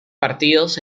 partidos